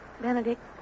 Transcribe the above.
Benedict